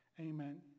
Amen